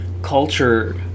culture